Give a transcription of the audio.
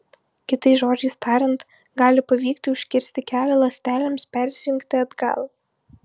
kitais žodžiais tariant gali pavykti užkirsti kelią ląstelėms persijungti atgal